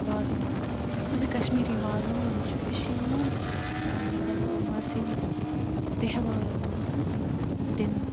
وازٕوان یُس یہِ کشمیٖری وازٕوان چھُ یہِ چھِ یِوان مطلب مذہبی تہوارَن منٛز دِنہٕ